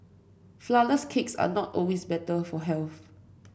flourless cakes are not always better for health